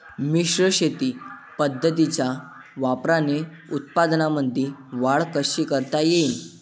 मिश्र शेती पद्धतीच्या वापराने उत्पन्नामंदी वाढ कशी करता येईन?